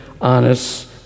honest